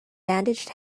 bandaged